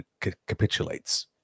capitulates